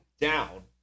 down